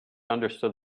understood